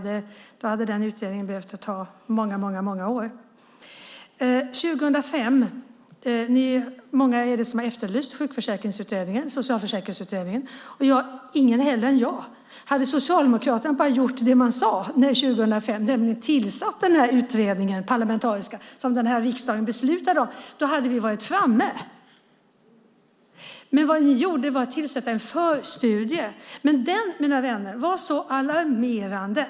Den utredningen hade behövt ta många år. Det är många som har efterlyst Socialförsäkringsutredningen. Hade Socialdemokraterna bara gjort det man sade 2005, nämligen tillsatt den parlamentariska utredningen som den här riksdagen beslutade om hade vi varit framme. Men vad ni gjorde var att tillsätta en förstudie. Och den, mina vänner, var väldigt alarmerande.